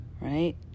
right